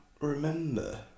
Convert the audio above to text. remember